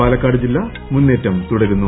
പാലക്കാട് ജില മുന്നേറം തുടരുന്നു